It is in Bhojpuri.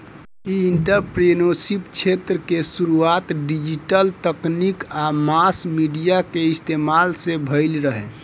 इ एंटरप्रेन्योरशिप क्षेत्र के शुरुआत डिजिटल तकनीक आ मास मीडिया के इस्तमाल से भईल रहे